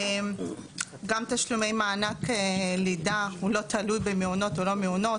גם תשלומי מענק לידה הוא לא תלוי במעונות או לא מעונות,